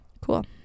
Cool